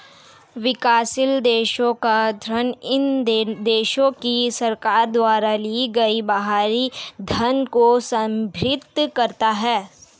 विकासशील देशों का ऋण इन देशों की सरकार द्वारा लिए गए बाहरी ऋण को संदर्भित करता है